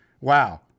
Wow